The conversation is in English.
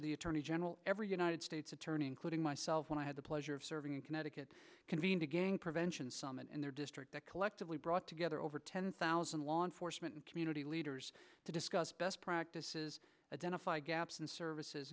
of the attorney general every united states attorney including myself when i had the pleasure of serving in connecticut convened a gang prevention summit in their district that collectively brought together over ten thousand law enforcement community leaders to discuss best practices identify gaps and services